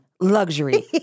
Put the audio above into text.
Luxury